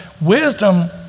Wisdom